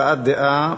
הבעת דעה,